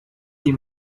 die